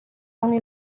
unui